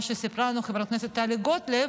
מה שסיפרה לנו חברת הכנסת טלי גוטליב,